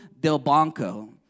Delbanco